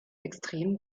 extrem